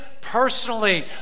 personally